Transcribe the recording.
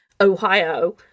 Ohio